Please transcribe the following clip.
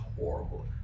horrible